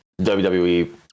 WWE